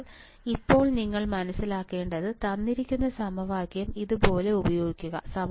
അതിനാൽ ഇപ്പോൾ നിങ്ങൾ മനസ്സിലാക്കേണ്ടത് തന്നിരിക്കുന്ന സമവാക്യം അതുപോലെ ഉപയോഗിക്കുക